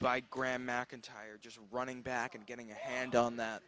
by graham mcintyre just running back and getting a hand on that